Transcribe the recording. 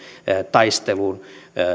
taisteluun